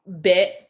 bit